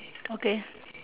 okay